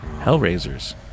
Hellraisers